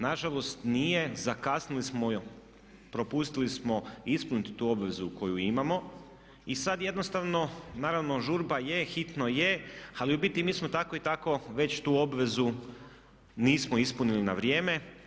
Nažalost nije, zakasnili smo, propustili smo ispuniti tu obvezu koju imamo i sada jednostavno, naravno žurba je, hitno je, ali u biti mi smo tako i tako već tu obvezu, nismo ispunili na vrijeme.